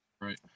Right